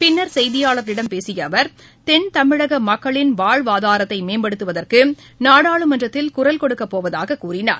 பின்னர் செய்தியாளர்களிடம் பேசியஅவர் கென்கமிழகமக்களின் வாழ்வாதாரத்தைமேம்படுத்துவதற்குநாடாளுமன்றத்தில் குரல் கொடுக்கப் போவதாககூறினார்